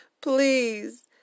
Please